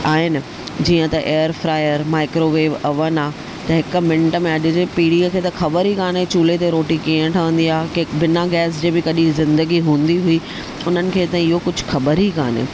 आहिनि जीअं त एयर फ्रायर माइक्रोवेव अवन आहे त हिकु मिंट में अॼ जे पीड़ीअ खे त ख़बर ई कोन्हे चूले ते रोटी कीअं ठहंदी आहे की बिना गैस जे बि कॾहिं ज़िंदगी हूंदी हुई उन्हनि खे त इहो कुझु ख़बर ई कोन्हे